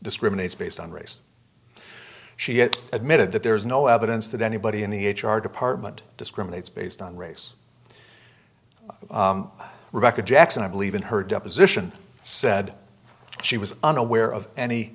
discriminates based on race she has admitted that there is no evidence that anybody in the h r department discriminates based on race record jackson i believe in her deposition said she was unaware of any